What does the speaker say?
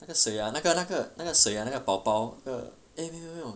那个谁 ah 那个那个那个谁 ah 那个宝宝那个 eh 没有没有没有